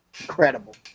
incredible